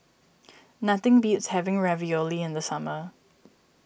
nothing beats having Ravioli in the summer